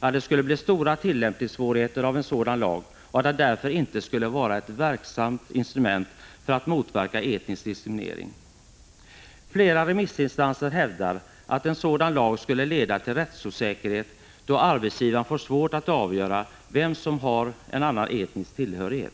att det skulle bli stora tillämpningssvårigheter vid genomförande av en sådan lag och att den därför inte skulle vara ett verksamt instrument för att motverka etnisk diskriminering. Flera remissinstanser hävdar att en sådan lag skulle leda till rättsosäkerhet, då arbetsgivaren kommer att ha svårigheter att avgöra den etniska tillhörigheten i olika fall.